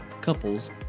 couples